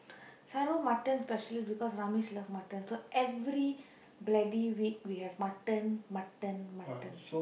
Saro mutton specially because Ramesh love mutton so every bloody week we have mutton mutton mutton